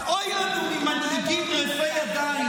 אז אוי לנו ממנהיגים רפי ידיים,